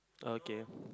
okay